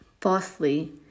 falsely